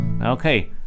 Okay